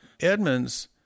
Edmonds